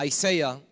Isaiah